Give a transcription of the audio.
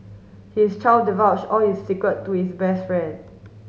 his child divulge all his secret to his best friend